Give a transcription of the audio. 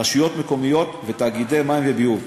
רשויות מקומיות ותאגידי מים וביוב.